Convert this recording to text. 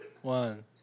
One